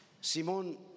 Simón